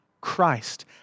Christ